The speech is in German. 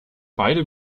beide